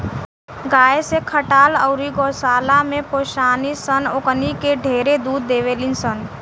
गाय जे खटाल अउरी गौशाला में पोसाली सन ओकनी के ढेरे दूध देवेली सन